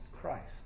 Christ